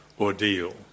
ordeal